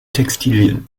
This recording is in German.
textilien